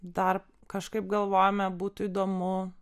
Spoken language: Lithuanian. dar kažkaip galvojome būtų įdomu